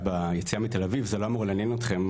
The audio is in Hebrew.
עם הרכב ביציאה מתל אביב וזה לא אמור לעניין אתכם,